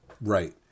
Right